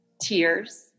tears